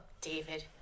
David